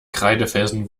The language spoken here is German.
kreidefelsen